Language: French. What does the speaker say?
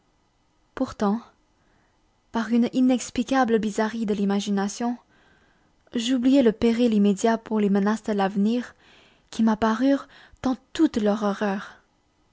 pourtant par une inexplicable bizarrerie de l'imagination j'oubliai le péril immédiat pour les menaces de l'avenir qui m'apparurent dans toute leur horreur